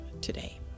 today